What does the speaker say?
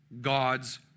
God's